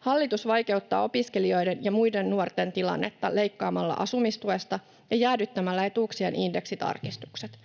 Hallitus vaikeuttaa opiskelijoiden ja muiden nuorten tilannetta leikkaamalla asumistuesta ja jäädyttämällä etuuksien indeksitarkistukset.